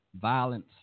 violence